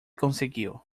conseguiu